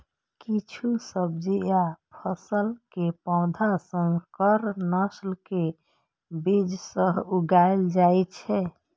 किछु सब्जी आ फसल के पौधा संकर नस्ल के बीज सं उगाएल जाइ छै